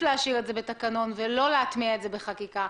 להשאיר את זה בתקנות ולא להטמיע את זה בחקיקה.